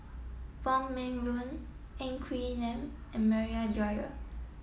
Wong Meng Voon Ng Quee Lam and Maria Dyer